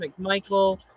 McMichael